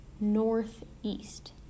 northeast